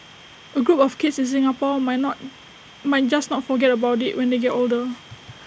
A group of kids in Singapore might not might just not forget about IT when they get older